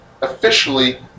officially